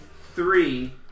three